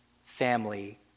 family